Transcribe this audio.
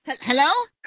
Hello